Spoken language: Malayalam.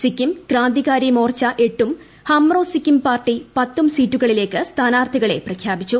സിക്കിം ക്രാന്ദികാരി മ്മോർച്ച് എട്ടും ഹമ്രോ സിക്കിം പാർട്ടി പത്തും സീറ്റുകളിലേക്ക് സ്ഥാന്ടർത്ഥികളെ പ്രഖ്യാപിച്ചു